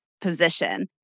position